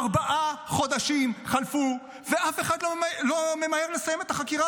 ארבעה חודשים חלפו ואף אחד לא ממהר לסיים את החקירה